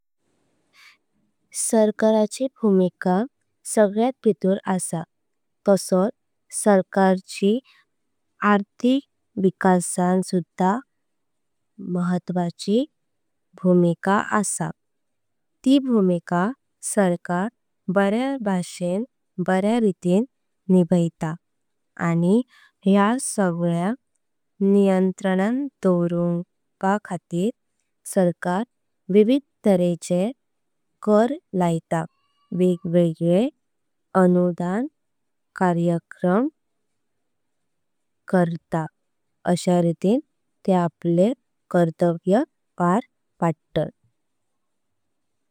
सरकाराची भूमिका सगळ्यात भितूर आहे। तसोत सरकाराची आर्थिक विकासण सुधा। महत्वाची भूमिका आहे ती भूमिका सरकार। बऱ्या रितीन निभयता आणि या सगळा नियंत्रण। दवरुपा खातीर सरकार विविध तऱ्हेचे कर। लयता वेग वेगळे अनुदान कार्यक्रम करता।